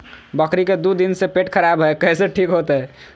बकरी के दू दिन से पेट खराब है, कैसे ठीक होतैय?